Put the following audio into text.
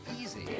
easy